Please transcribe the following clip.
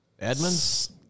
Edmonds